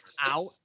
Out